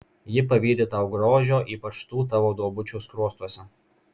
ji pavydi tau grožio ypač tų tavo duobučių skruostuose